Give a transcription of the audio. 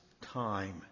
time